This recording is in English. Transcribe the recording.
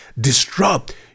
disrupt